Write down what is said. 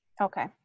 Okay